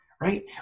right